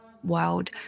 world